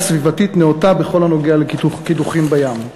סביבתית נאותה בכל הנוגע לקידוחים בים.